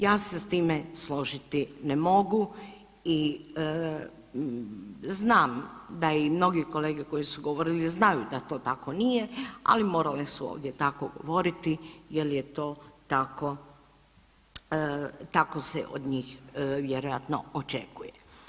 Ja se s time složiti ne mogu i znam da je i mnogi kolege koji su govorili znaju da to tako nije, ali morali su ovdje tako govoriti jer je to tako, tako se od njih vjerojatno očekuje.